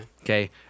Okay